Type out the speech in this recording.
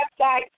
website